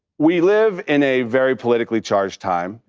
we live in a very politically charged time,